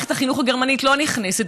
שמערכת החינוך הגרמנית לא נכנסת,